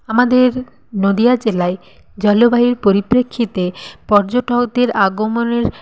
আমাদের নদীয়া জেলায় জলবায়ুর পরিপ্রেক্ষিতে পর্যটকদের আগমনের